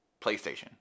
PlayStation